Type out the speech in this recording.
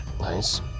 Nice